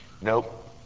Nope